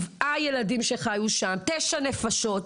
7 ילדים, 9 נפשות.